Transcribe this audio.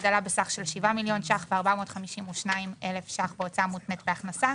הגדלה בסך של 7,442,000 ₪ בהוצאה מותנית בהכנסה,